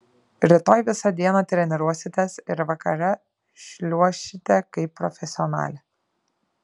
rytoj visą dieną treniruositės ir vakare šliuošite kaip profesionalė